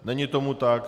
Není tomu tak.